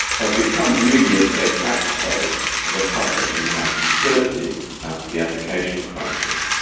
had become really a de facto republic in the nineteen thirty s, after the abdication crisis.